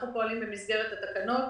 אנחנו פועלים במסגרת התקנות.